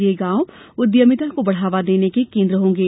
ये गांव उद्यमिता को बढ़ावा देने के केंद्र होंगे